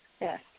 yes